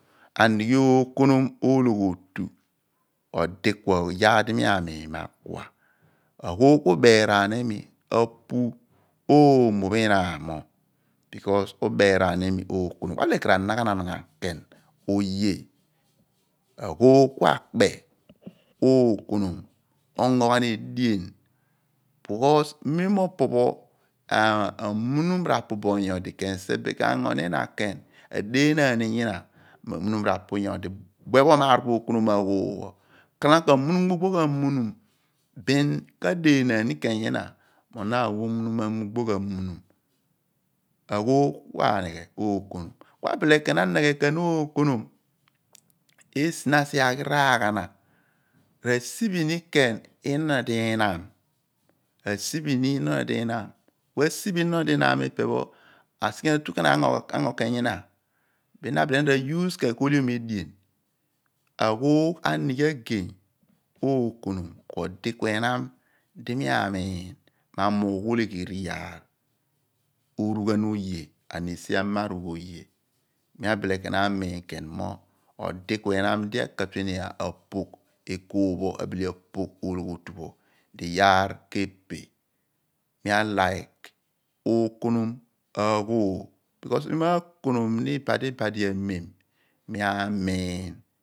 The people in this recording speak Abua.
Anighe ookonom ologhiotu. odi ku iyaar di mi amiin mo akua, aghoogh ku ubeeraan apu oomo phe ihnam mo loor esi di ubeeraan iimi ookonom ku abile ken r'anaghanan ghan oye aghoogh ku akpe ongo ghan edien loor esi di mem di ahmunum r'apu nyodi bin k'ango ni na ẹeḍeenaan buen omaar bo ookonom ahalamo k'abmunum mugbogh ahmunum bin k'adeenaan ni ken nyina mo di ra wa ghan obmunum amugbogh ahmunum aghoogh ku anighe ken ookonom loor esi di na asighe nyodi aghi vaaghana r'asiphi ni ihnon odo ihnam asighe atu ken ango nyina bin na abile asigheni r'ahliom edien. aghoogh anighe agey ookonom, odi ku ehnam di mi amiin mo emoogh agay oleghori iyaar orughan oye r'esi amarugh oye mi abile ken amiin mo odi ku ehnam di ka atue apogh olughiotu pho bile ken r'ekool phl di iyaar k/epe. Ibeeraan iimi ookonom aghoogh loor esi di mi m'aakonom ni ibadi amem.